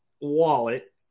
wallet